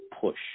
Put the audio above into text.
push